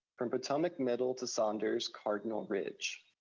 from potomac middle to saunders, cardinal ridge.